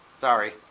Sorry